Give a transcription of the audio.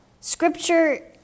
Scripture